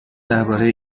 درباره